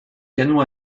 canons